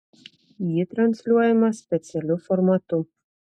ji transliuojama specialiu formatu